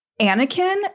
Anakin